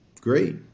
great